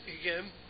again